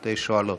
שתי שואלות.